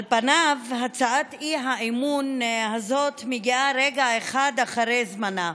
על פניו הצעת האי-אמון הזו מגיעה רגע אחד אחרי זמנה.